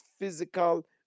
physical